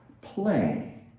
play